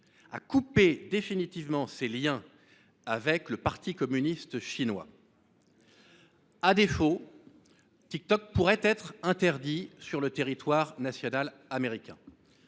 à couper définitivement ses liens avec le parti communiste chinois. À défaut, l’application pourrait être interdite sur le territoire national américain.